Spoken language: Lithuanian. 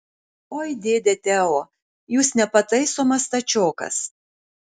oi dėde teo jūs nepataisomas stačiokas